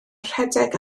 rhedeg